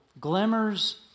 Glimmers